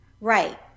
right